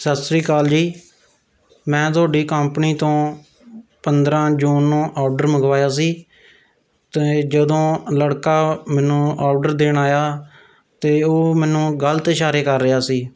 ਸਤਿ ਸ਼੍ਰੀ ਅਕਾਲ ਜੀ ਮੈਂ ਤੁਹਾਡੀ ਕੰਪਨੀ ਤੋਂ ਪੰਦਰਾਂ ਜੂਨ ਨੂੰ ਆਰਡਰ ਮੰਗਵਾਇਆ ਸੀ ਅਤੇ ਜਦੋਂ ਲੜਕਾ ਮੈਨੂੰ ਆਰਡਰ ਦੇਣ ਆਇਆ ਤਾਂ ਉਹ ਮੈਨੂੰ ਗਲਤ ਇਸ਼ਾਰੇ ਕਰ ਰਿਹਾ ਸੀ